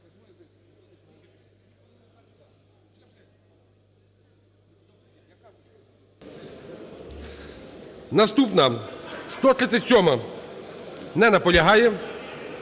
Наступна. 137-а. Не наполягає.